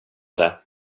det